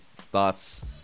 thoughts